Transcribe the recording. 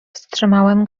wstrzymałem